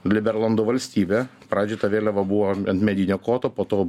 liberlando valstybe pradžioj ta vėliava buvo ant medinio koto po to